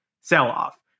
sell-off